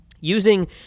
Using